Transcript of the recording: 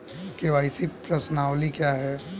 KYC प्रश्नावली क्या है?